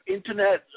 Internet